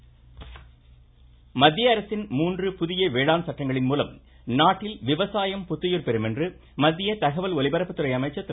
பிரகாஷ் ஜவ்டேகர் மத்தியஅரசின் மூன்று புதிய வேளாண் சட்டங்களின் மூலம் நாட்டில் விவசாயம் புத்துயிர் பெரும் என மத்திய தகவல் ஒலிபரப்புத்துறை அமைச்சர் திரு